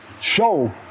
show